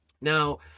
Now